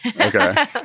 Okay